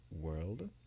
world